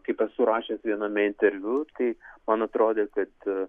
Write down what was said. kaip esu rašęs viename interviu kai man atrodė kad